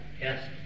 Yes